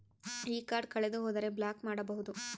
ಈ ಕಾರ್ಡ್ ಕಳೆದು ಹೋದರೆ ಬ್ಲಾಕ್ ಮಾಡಬಹುದು?